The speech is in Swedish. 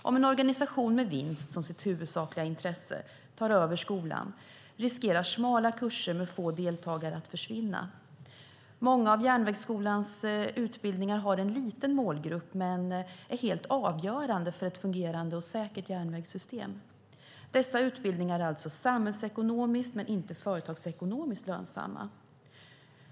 Om en organisation med vinst som sitt huvudsakliga intresse tar över skolan riskerar smala kurser med få deltagare att försvinna. Många av järnvägsskolans utbildningar har en liten målgrupp, men de är helt avgörande för ett fungerande och säkert järnvägssystem. Dessa utbildningar är alltså samhällsekonomiskt men inte företagsekonomiskt lönsamma.